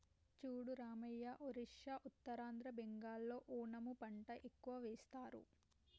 చూడు రామయ్య ఒరిస్సా ఉత్తరాంధ్ర బెంగాల్లో ఓనము పంట ఎక్కువ వేస్తారు